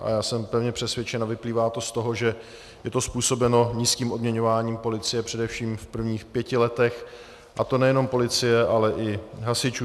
A já jsem pevně přesvědčen a vyplývá to z toho, že je to způsobeno nízkým odměňováním policie především v prvních pěti letech, a to nejenom policie, ale i hasičů.